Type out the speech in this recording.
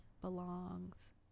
belongs